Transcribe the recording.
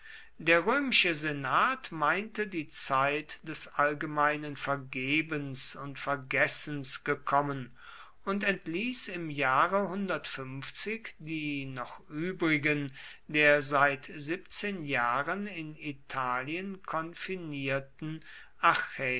der römische senat meinte die zeit des allgemeinen vergebens und vergessens gekommen und entließ im jahre die noch übrigen der seit siebzehn jahren in italien